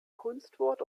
kunstwort